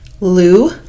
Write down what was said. Lou